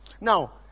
Now